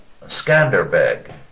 Skanderbeg